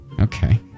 Okay